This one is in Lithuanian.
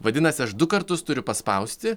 vadinasi aš du kartus turiu paspausti